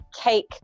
cake